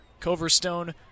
Coverstone